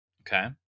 Okay